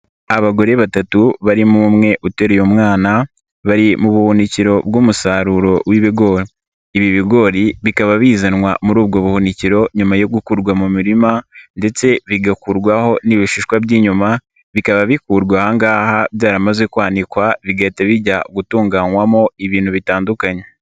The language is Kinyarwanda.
Abagore batatu barimo umwe uteruye mwana bari mu buhunikiro bw'umusaruro w'ibigori, ibi bigori bikaba bizanwa muri ubwo buhunikiro nyuma yo gukurwa mu mirima ndetse bigakurwaho n'ibishishwa by'inyuma bikaba bikurwa aha ngaha byaramaze kwanikwa bigahita bijya gutunganywamo ibintu bitandukanye.